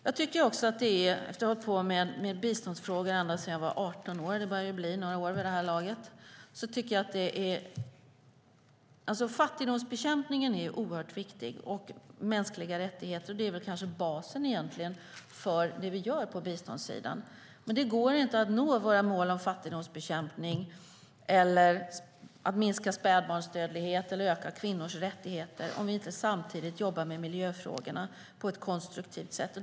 Efter att ha hållit på med biståndsfrågor ända sedan jag var 18 år - det börjar bli några år vid det här laget - tycker jag att fattigdomsbekämpningen och de mänskliga rättigheterna är oerhört viktiga. Det är kanske egentligen basen för vad vi gör på biståndssidan. Men det går inte att nå våra mål om fattigdomsbekämpning, om att minska spädbarnsdödlighet eller om att öka kvinnors rättigheter om vi inte samtidigt jobbar med miljöfrågorna på ett konstruktivt sätt.